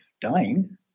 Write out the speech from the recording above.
dying